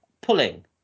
Pulling